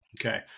Okay